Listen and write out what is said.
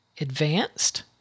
advanced